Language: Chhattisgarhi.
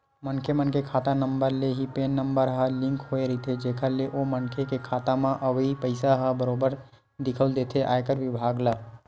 मनखे मन के खाता नंबर ले ही पेन नंबर ह लिंक होय रहिथे जेखर ले ओ मनखे के खाता म अवई पइसा ह बरोबर दिखउल देथे आयकर बिभाग ल